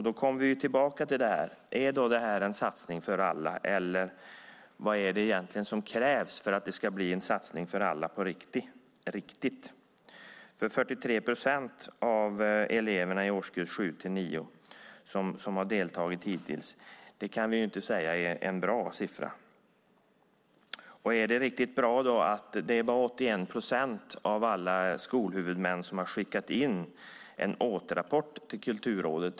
Då kommer vi tillbaka till frågan om detta är en satsning för alla eller vad det egentligen är som krävs för att det ska bli en satsning för alla på riktigt. De 43 procent av eleverna i årskurs 7-9 som har deltagit hittills kan inte sägas vara en bra siffra. Och är det riktigt bra att bara 81 procent av alla skolhuvudmän har skickat in en återrapport till Kulturrådet?